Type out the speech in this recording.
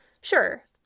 sure